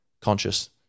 conscious